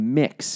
mix